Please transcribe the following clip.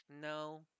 No